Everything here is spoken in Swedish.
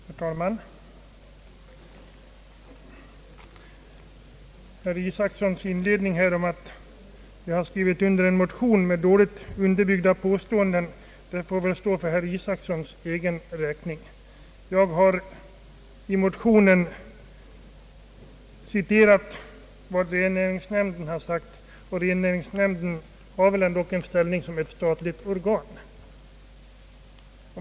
Herr talman! Herr Isacsons inledningsord om att jag har skrivit under en motion med »dåligt underbyggda påståenden» får väl stå för hans egen räkning. Jag har i motionen citerat vad rennäringsnämnden har sagt, och denna nämnd har väl ändå en ställning som ett statligt organ.